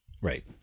Right